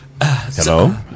Hello